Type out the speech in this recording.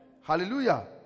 Hallelujah